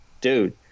dude